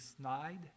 snide